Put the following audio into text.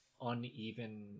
uneven